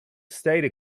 stated